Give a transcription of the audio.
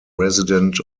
resident